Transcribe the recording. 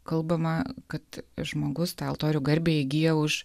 kalbama kad žmogus tą altorių garbę įgyja už